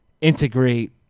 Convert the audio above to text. integrate